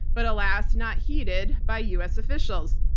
but alas not heeded by us officials.